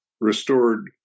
restored